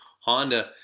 Honda